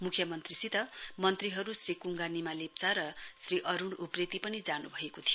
मुख्यमन्त्रीसित मन्त्रीहरू श्री कुङ्गा निमा लेप्चा र श्री अरूण उप्रेती पनि जानु भएक थियो